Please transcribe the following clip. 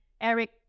Eric